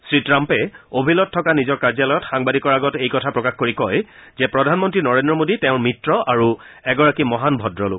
শ্ৰী টাম্পে অভেলত থকা নিজৰ কাৰ্যলয়ত সাংবাদিকৰ আগত এই কথা প্ৰকাশ কৰি তেওঁ কয় যে প্ৰধানমন্ত্ৰী নৰেন্দ্ৰ মোদী তেওঁৰ মিত্ৰ আৰু এগৰাকী মহান ভদ্ৰ লোক